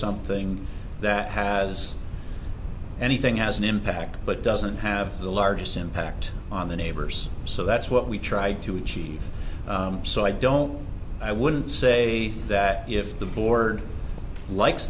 something that has anything has an impact but doesn't have the largest impact on the neighbors so that's what we tried to achieve so i don't i wouldn't say that if the board likes